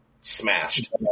smashed